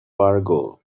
fargo